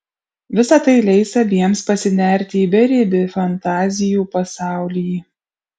visa tai leis abiems pasinerti į beribį fantazijų pasaulį